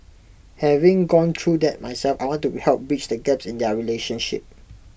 having gone through that myself I want to help bridge the gaps in their relationship